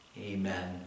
Amen